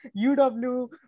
UW